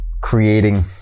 creating